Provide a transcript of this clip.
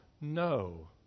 no